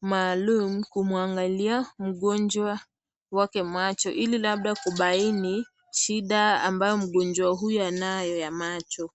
maalumu kumwangalia mgonjwa wake macho ili labda kubaini shida ambayo mgonjwa huyo anayo ya macho.